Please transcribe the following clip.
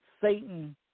Satan